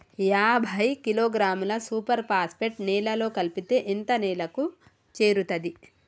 యాభై కిలోగ్రాముల super phosphate నేలలో కలిపితే ఎంత నేలకు చేరుతది?